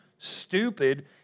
stupid